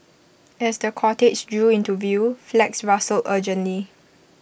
as the cortege drew into view flags rustled urgently